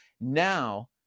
now